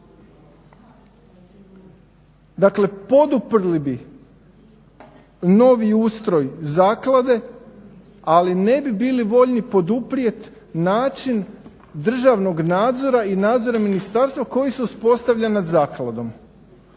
Dakle, poduprli bi novi ustroj Zaklade, ali ne bi bili voljni poduprijet način državnog nadzora i nadzora Ministarstva koji se uspostavlja nad zakladom.